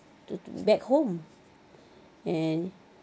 to to back home and